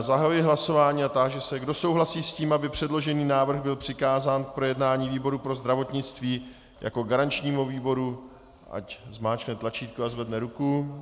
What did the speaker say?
Zahajuji hlasování a táži se, kdo souhlasí s tím, aby předložený návrh přikázán k projednání výboru pro zdravotnictví jako garančnímu výboru, ať zmáčkne tlačítko a zvedne ruku.